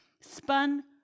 spun